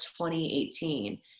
2018